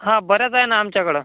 हा बरंच आहे ना आमच्याकडं